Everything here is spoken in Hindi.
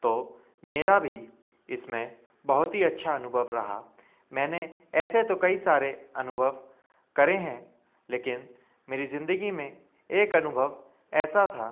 तो मेरा भी इसमें बहुत ही अच्छा अनुभव रहा मैंने ऐसे तो कई सारे अनुभव करें हैं लेकिन मेरी ज़िंदगी में एक अनुभव ऐसा था